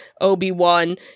obi-wan